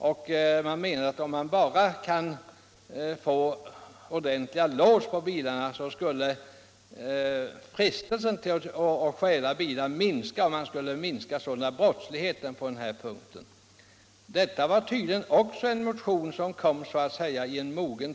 Det har ansetts att om man bara kunde få ordentliga lås på bilarna, så skulle frestelsen att stjäla bilar minska. Detta var tydligen också en motion som kom när tiden var mogen.